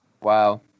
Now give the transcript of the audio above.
Wow